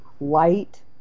light